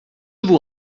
vous